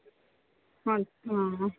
अच्छा